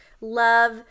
love